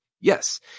Yes